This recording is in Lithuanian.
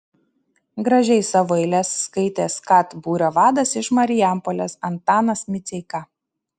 gražiai savo eiles skaitė skat būrio vadas iš marijampolės antanas miceika